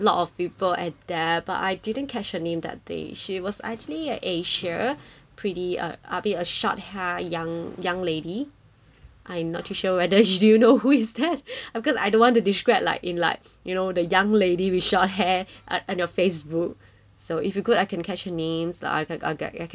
there but I didn't catch her name that day she was actually a asia pretty uh a bit of short hair young young lady I am not too sure whether do you know who is that of course I don't want to describe like in like you know the young lady with short hair and on your facebook so if you good I can catch her names I can I can I can get her names